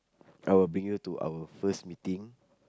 I will bring you to our first meeting